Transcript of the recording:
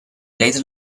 later